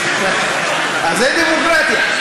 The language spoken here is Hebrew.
אז זה דמוקרטיה.